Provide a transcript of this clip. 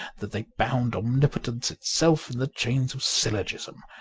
that they bound omnipotence itself in the chains of syllogism.